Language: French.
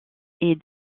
est